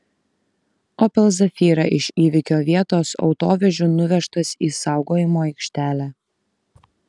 opel zafira iš įvykio vietos autovežiu nuvežtas į saugojimo aikštelę